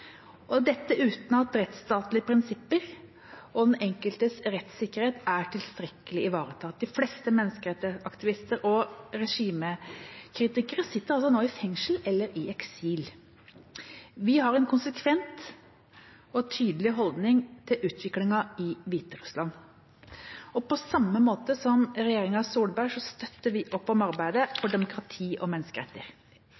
dette uten at rettsstatlige prinsipper og den enkeltes rettssikkerhet er tilstrekkelig ivaretatt. De fleste menneskerettighetsaktivister og regimekritikere sitter nå i fengsel eller i eksil. Vi har en konsekvent og tydelig holdning til utviklingen i Hviterussland, og på samme måte som regjeringen Solberg gjorde, støtter vi opp om arbeidet